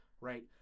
right